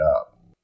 up